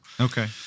Okay